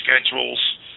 schedules